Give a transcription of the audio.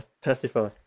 testify